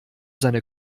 seine